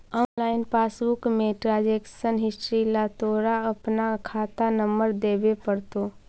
online passbook में transaction history ला तोरा अपना खाता नंबर देवे पडतो